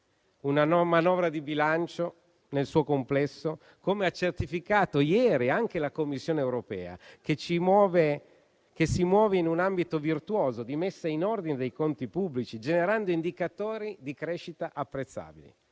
una manovra di bilancio nel suo complesso, come ha certificato ieri anche la Commissione europea, che si muove in un ambito virtuoso di messa in ordine dei conti pubblici, generando indicatori di crescita apprezzabili.